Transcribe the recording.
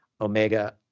Omega